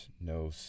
no